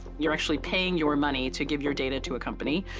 you're actually paying your money to give your data to a company.